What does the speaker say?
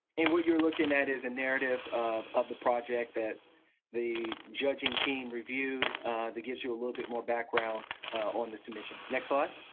and what you are looking at is a narrative of of the project that the judging team reviewed that gives you a little bit more background on this submission. next slide.